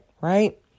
right